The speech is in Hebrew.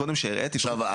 מקודם כשהראיתי -- עכשיו,